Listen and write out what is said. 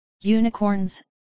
Unicorns